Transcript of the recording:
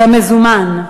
זה המזומן,